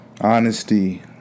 honesty